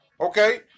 okay